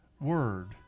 word